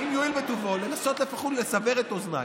אם יואיל בטובו לנסות לפחות לסבר את אוזניי: